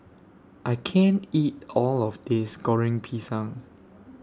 I can't eat All of This Goreng Pisang